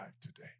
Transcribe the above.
today